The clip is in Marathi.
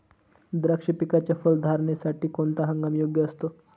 द्राक्ष पिकाच्या फलधारणेसाठी कोणता हंगाम योग्य असतो?